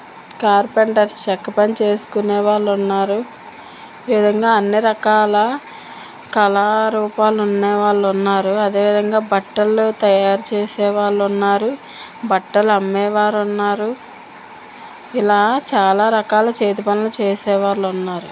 carpenters చెక్కపని చేసుకునే వాళ్ళు ఉన్నారు ఈ విధంగా అన్నీ రకాల కళారూపాలు ఉన్న వాళ్ళు ఉన్నారు అదేవిధంగా బట్టలు తయారు చేసే వాళ్ళు ఉన్నారు బట్టలు అమ్మేవారు ఉన్నారు ఇలా చాలా రకాల చేతి పనులు చేసే వాళ్ళు ఉన్నారు